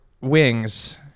wings